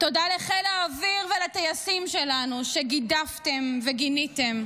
תודה לחיל האוויר ולטייסים שלנו, שגידפתם וגיניתם,